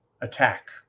attack